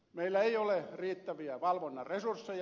meillä ei ole riittäviä valvonnan resursseja